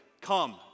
Come